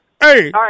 Hey